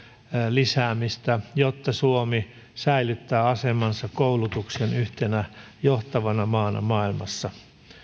lisäämistä jotta suomi säilyttää asemansa koulutuksen yhtenä johtavana maana maailmassa